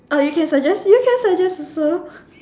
oh you can suggest you can suggest also